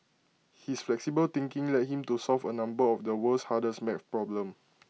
his flexible thinking led him to solve A number of the world's hardest math problems